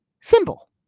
symbol